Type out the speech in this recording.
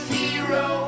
hero